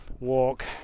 walk